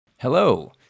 Hello